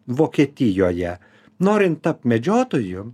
vokietijoje norint tapt medžiotoju